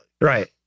Right